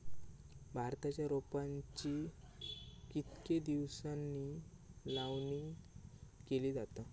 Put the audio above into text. भाताच्या रोपांची कितके दिसांनी लावणी केली जाता?